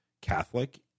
Catholic